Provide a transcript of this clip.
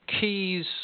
keys